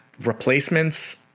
Replacements